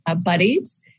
buddies